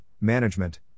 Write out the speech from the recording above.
management